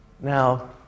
Now